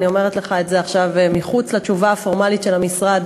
אני אומרת לך את זה עכשיו מחוץ לתשובה הפורמלית של המשרד